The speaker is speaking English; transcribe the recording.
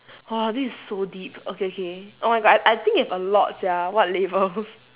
!wah! this is so deep okay okay oh my god I I think you have a lot sia what labels